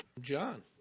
John